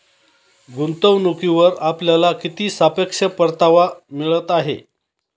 गुंतवणूकीवर आपल्याला किती सापेक्ष परतावा मिळत आहे?